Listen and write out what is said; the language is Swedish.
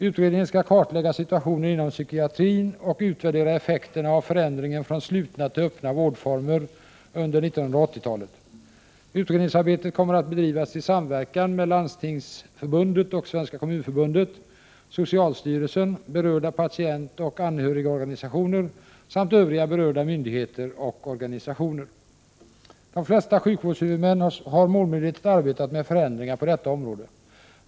Utredningen skall kartlägga situationen inom psykiatrin och utvärdera effekterna av förändringen från slutna till öppna vårdformer under 1980-talet. Utredningsarbetet kommer att bedrivas i samverkan med Landstingsförbundet och Svenska kommunförbundet, socialstyrelsen, berörda patientoch anhörigorganisationer samt övriga berörda myndigheter och organisationer. De flesta sjukvårdshuvudmän har målmedvetet arbetat med förändringar på detta område.